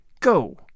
go